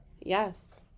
Yes